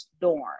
dorm